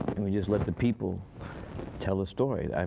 and we just let the people tell a story. um